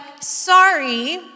sorry